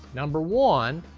number one,